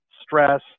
stress